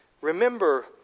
remember